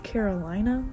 Carolina